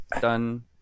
Done